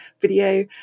video